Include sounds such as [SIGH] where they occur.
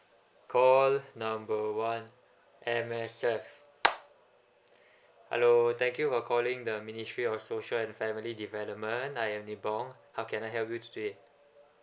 call number one M_S_F [NOISE] hello thank you for calling the ministry of social and family development I am ni bong how can I help you today